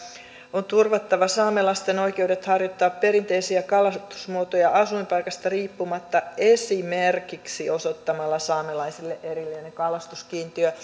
on turvattava saamelaisten oikeudet harjoittaa perinteisiä kalastusmuotoja asuinpaikasta riippumatta esimerkiksi osoittamalla saamelaisille erillinen kalastuskiintiö